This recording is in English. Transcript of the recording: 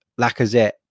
Lacazette